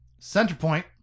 Centerpoint